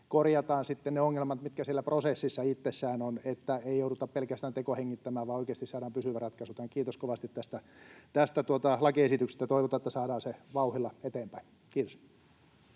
sitten ne ongelmat, mitkä siellä prosessissa itsessään on, että ei jouduta pelkästään tekohengittämään, vaan oikeasti saadaan pysyvä ratkaisu tähän. Kiitos kovasti tästä tästä lakiesityksestä. Toivotaan, että saadaan se vauhdilla eteenpäin. — Kiitos.